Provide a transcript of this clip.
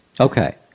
Okay